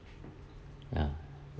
ya